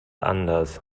anders